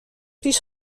پیش